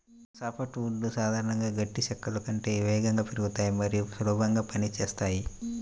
soft వుడ్లు సాధారణంగా గట్టి చెక్కల కంటే వేగంగా పెరుగుతాయి మరియు సులభంగా పని చేస్తాయి